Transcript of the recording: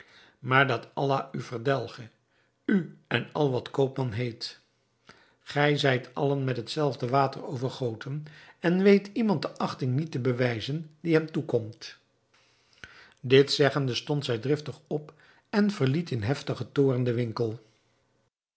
maar dat allah u verdelge u en al wat koopman heet gij zijt allen met het zelfde water overgoten en weet iemand de achting niet te bewijzen die hem toekomt dit zeggende stond zij driftig op en verliet in hevigen toorn den winkel